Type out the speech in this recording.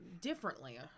differently